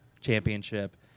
championship